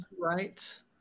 right